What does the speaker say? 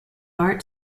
art